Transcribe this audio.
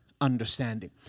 understanding